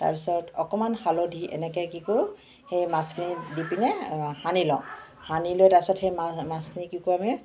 তাৰপিছত অকণমান হালধি এনেকৈ কি কৰো সেই মাছখিনিত দিপেনে সানি লওঁ সানি লৈ তাৰপিছত সেই মা মাছখিনি কি কৰো আমি